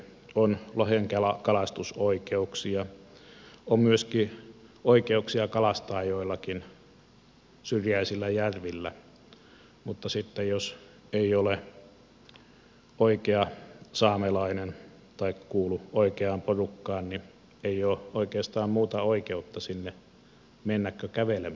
on lohenkalastusoikeuksia on myöskin oikeuksia kalastaa joillakin syrjäisillä järvillä mutta sitten jos ei ole oikea saamelainen tai kuulu oikeaan porukkaan ei ole oikeastaan muuta oikeutta sinne järvelle mennä kuin kävelemällä